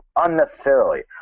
unnecessarily